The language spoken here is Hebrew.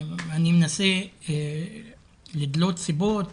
אני חושב שקיימים שני מסלולים ברשויות אכיפת החוק.